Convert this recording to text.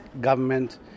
government